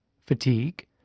fatigue